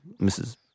Mrs